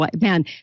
man